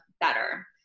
better